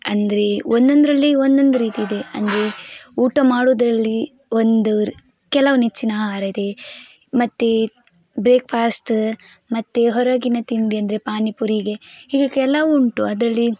ಅಂದರೆ ಒಂದೊಂದರಲ್ಲಿ ಒಂದೊಂದು ರೀತಿ ಇದೆ ಅಂದರೆ ಊಟ ಮಾಡುದರಲ್ಲಿ ಒಂದು ಕೆಲವು ನೆಚ್ಚಿನ ಆಹಾರ ಇದೆ ಮತ್ತು ಬ್ರೇಕ್ಫಾಸ್ಟ ಮತ್ತು ಹೊರಗಿನ ತಿಂಡಿ ಅಂದರೆ ಪಾನಿಪುರಿ ಹೀಗೆ ಹೀಗೆ ಕೆಲವುಂಟು ಅದರಲ್ಲಿ